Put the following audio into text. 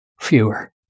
fewer